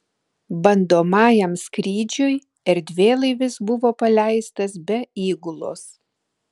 bandomajam skrydžiui erdvėlaivis buvo paleistas be įgulos